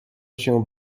się